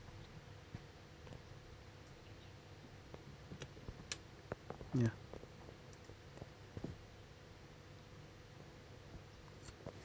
ya